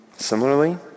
Similarly